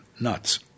Nuts